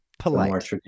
polite